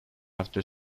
after